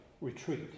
retreat